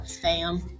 Fam